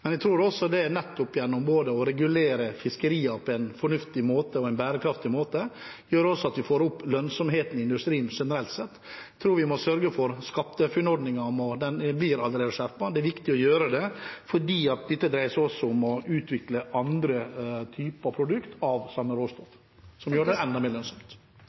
Jeg tror det er gjennom å regulere fiskeriene på en fornuftig og bærekraftig måte at vi får opp lønnsomheten i industrien generelt sett. SkatteFUNN-ordningen blir allerede skjerpet. Det er viktig å gjøre det fordi dette også dreier seg om å utvikle andre typer produkter av samme råstoff, noe som gjør det enda mer lønnsomt.